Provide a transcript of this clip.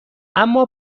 اما